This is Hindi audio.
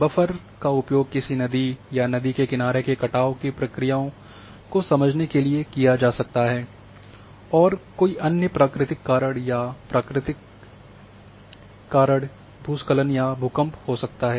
बफ़र का उपयोग किसी नदी या नदी के किनारे के कटाव की प्रक्रियाओं को समझने के लिए किया जा सकता है या कोई अन्य प्राकृतिक कारण या यह प्राकृतिक कारण भूस्खलन या भूकंप हो सकता है